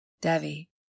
Devi